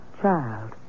child